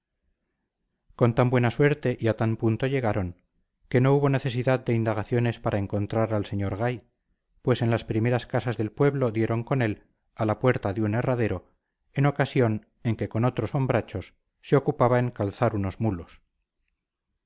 con tan buena suerte y tan a punto llegaron que no hubo necesidad de indagaciones para encontrar al sr gay pues en las primeras casas del pueblo dieron con él a la puerta de un herradero en ocasión en que con otros hombrachos se ocupaba en calzar unos mulos